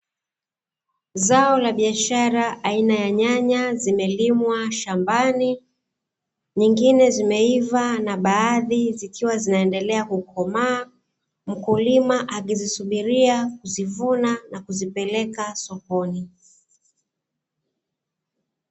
Zao la biashara aina ya nyanya zimelimwa shambani, nyingine zimeiva na baadhi zikiwa zinaendelea kukomaa mkulima akizisubiria kuzivuna na kuzipeleka sokoni.